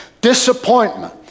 Disappointment